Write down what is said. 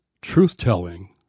truth-telling